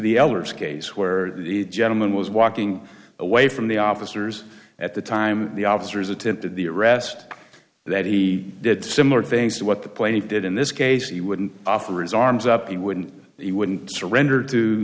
the ehlers case where the gentleman was walking away from the officers at the time the officers attempted the arrest that he did similar things to what the play he did in this case he wouldn't offer his arms up he wouldn't he wouldn't surrender to